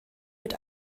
mit